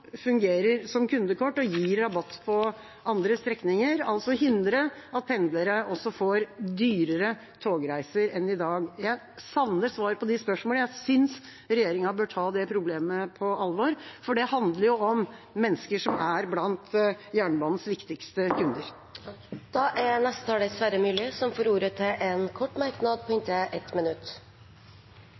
fungerer som kundekort og gir rabatt på andre strekninger, altså hindre at pendlere også får dyrere togreiser enn i dag? Jeg savner svar på de spørsmålene. Jeg synes regjeringa bør ta det problemet på alvor, for det handler om mennesker som er blant jernbanens viktigste kunder. Representanten Sverre Myrli har hatt ordet to ganger tidligere og får ordet til en kort merknad, begrenset til 1 minutt.